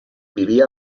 vivia